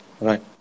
Right